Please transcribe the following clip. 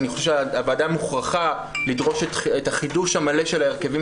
אני חושב שהוועדה מוכרחה לדרוש את החידוש המלא של ההרכבים